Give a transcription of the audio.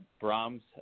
Brahms